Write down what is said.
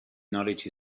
knowledge